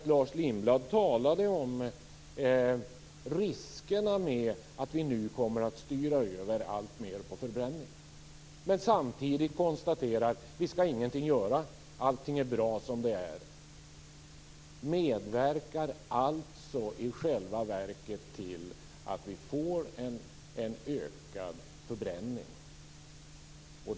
Lars Lindblad talade om riskerna med att vi nu kommer att styra över alltmer på förbränning. Samtidigt konstaterar han att vi inte skall göra något. Allt är bra som det är. Man medverkar alltså i själva verket till att vi får en ökad förbränning.